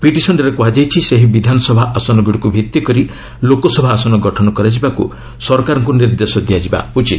ପିଟିସନ୍ରେ କୁହାଯାଇଛି ସେହି ବିଧାନସଭା ଆସନଗୁଡ଼ିକୁ ଭିତ୍ତିକରି ଲୋକସଭା ଆସନ ଗଠନ କରାଯିବାକୁ ସରକାରଙ୍କୁ ନିର୍ଦ୍ଦେଶ ଦିଆଯିବା ଉଚିତ